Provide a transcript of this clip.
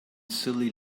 silly